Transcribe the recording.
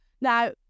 Now